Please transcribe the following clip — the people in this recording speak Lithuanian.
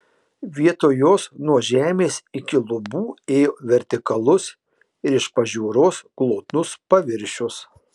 vietoj jos nuo žemės iki lubų ėjo vertikalus ir iš pažiūros glotnus paviršius